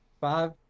Five